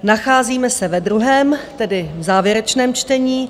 Nacházíme se ve druhém, tedy závěrečném čtení.